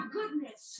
goodness